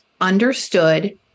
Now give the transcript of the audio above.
understood